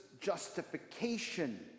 justification